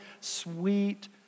sweet